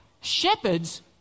Shepherds